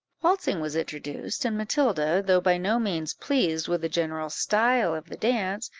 waltzing was introduced, and matilda, though by no means pleased with the general style of the dance,